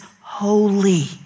holy